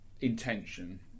intention